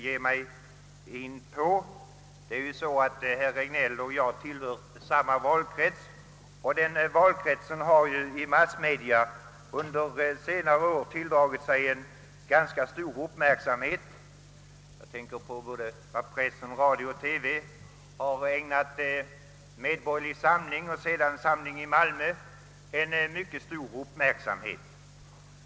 Herr Regnéll och jag tillhör ju samma valkrets, och den valkretsen har i massmedia under senare år tilldragit sig ganska stor uppmärksamhet. Press, radio och TV har ägnat Medborgerlig samling och sedan Samling i Malmö ett mycket stort intresse.